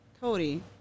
Cody